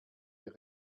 ihr